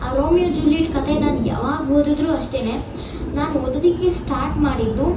ಆ Romeo Juliet ಕತೆ ನಾನು ಯಾವಾಗ ಓದಿದರೂ ಅಷ್ಟೆನೇ ನಾನು ಓದೋದಕ್ಕೆ ಸ್ಟಾರ್ಟ್ ಮಾಡಿದ್ದು